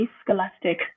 scholastic